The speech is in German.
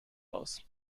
aus